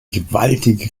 gewaltige